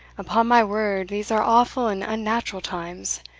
upon my word these are awful and unnatural times!